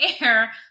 air